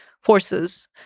forces